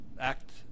act